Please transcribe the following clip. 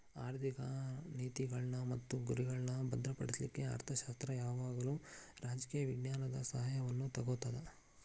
ಆರ್ಥಿಕ ನೇತಿಗಳ್ನ್ ಮತ್ತು ಗುರಿಗಳ್ನಾ ಭದ್ರಪಡಿಸ್ಲಿಕ್ಕೆ ಅರ್ಥಶಾಸ್ತ್ರ ಯಾವಾಗಲೂ ರಾಜಕೇಯ ವಿಜ್ಞಾನದ ಸಹಾಯವನ್ನು ತಗೊತದ